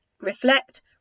reflect